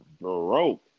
broke